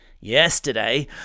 Yesterday